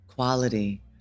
quality